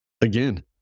again